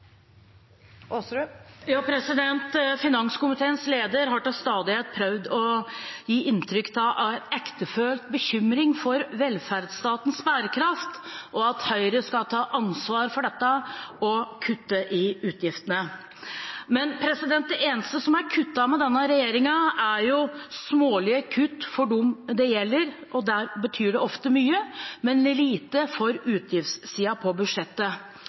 velferdsstatens bærekraft og av at Høyre skal ta ansvar for dette – og kutte i utgiftene. Men det eneste som er kuttet under denne regjeringen, er smålige kutt for dem det gjelder, og der betyr det ofte mye, men lite for utgiftssiden til budsjettet.